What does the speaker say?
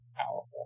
Powerful